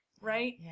right